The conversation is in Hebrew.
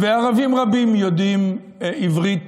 ערבים רבים יודעים עברית,